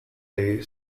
day